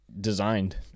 designed